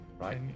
Right